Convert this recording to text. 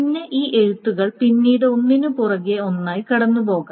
പിന്നെ ഈ എഴുത്തുകൾ പിന്നീട് ഒന്നിനുപുറകെ ഒന്നായി കടന്നുപോകാം